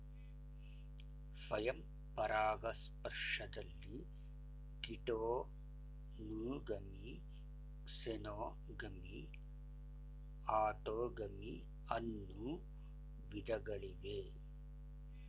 ಸ್ವಯಂ ಪರಾಗಸ್ಪರ್ಶದಲ್ಲಿ geitonogamy, xenogamy, autogamy ಅನ್ನೂ ವಿಧಗಳಿವೆ